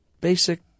Basic